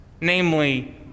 Namely